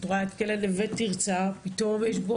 אז את רואה את כלא נווה תרצה,